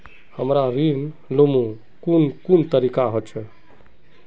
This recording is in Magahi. हमरा ऋण लुमू कुन कुन तरीका होचे?